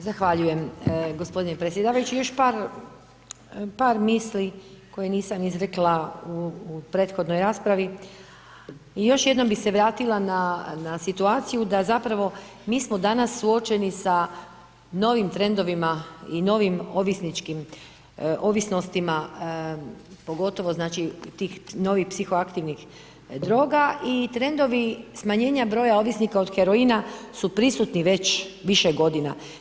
Zahvaljujem g. predsjedavajući, još par misli koje nisam izrekla u prethodnoj raspravi, jš jednom bi se vratila na situaciju, da zapravo mi smo danas suočeni sa novim trendovima i novim ovisničkim ovisnostima, pogotovo tih novih psihoaktivnih druga i trendova smanjenja broja ovisnika od heroina su prisutni već više godina.